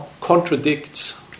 contradicts